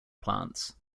plants